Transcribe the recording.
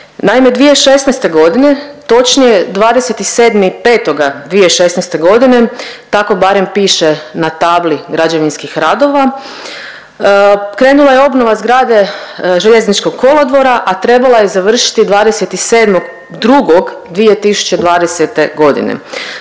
Naime, 2016. g., točnije 27.5. 2016. g., tako barem piše na tabli građevinskih radova, krenula je obnova zgrade željezničkog kolodvora, a trebala je završiti 27.2.2020. g.,